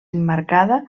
emmarcada